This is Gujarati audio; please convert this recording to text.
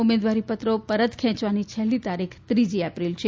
ઉમેદવારી પરત ખેંચવાની છેલ્લી તારીખ ત્રીજી એપ્રિલ છે